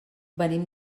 venim